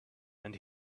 and